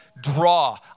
draw